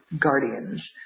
guardians